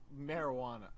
Marijuana